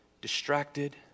distracted